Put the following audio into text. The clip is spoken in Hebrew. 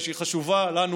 שחשובה לנו,